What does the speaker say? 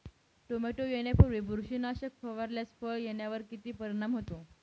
Tomato येण्यापूर्वी बुरशीनाशक फवारल्यास फळ येण्यावर किती परिणाम होतो?